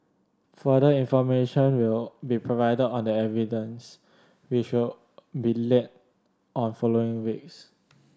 further information will be provided on the evidence which will be led on following weeks